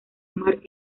mark